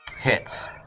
Hits